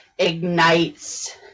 ignites